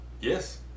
Yes